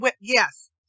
yes